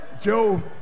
Joe